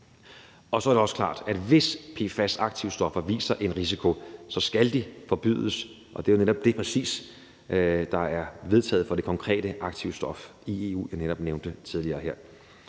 Og så er det også klart, at hvis PFAS-aktivstoffer viser en risiko, skal de forbydes, og det er jo netop præcis det, der er vedtaget for det konkrete aktivstof i EU, jeg netop nævnte tidligere her.